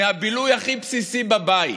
מהבילוי הכי בסיסי בבית.